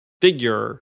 figure